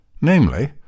namely